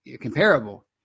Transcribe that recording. comparable